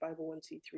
501c3